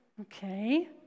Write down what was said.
Okay